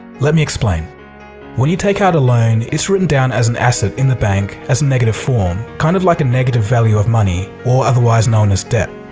let me explain when you take out a loan, it's written down as an asset in the bank as a negative form, kind of like a negative value of money, or otherwise known as debt.